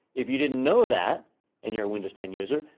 if you didn't know that and you're a windows ten user,